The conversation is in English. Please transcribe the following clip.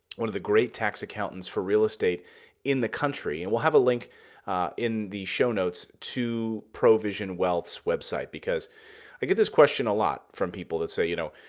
one of the great tax accountants for real estate in the country. and we'll have a link in the show notes to provision wealth's website, because i get this question a lot from people that say, you know,